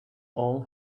all